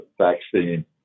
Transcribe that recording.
vaccine